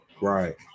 Right